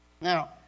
Now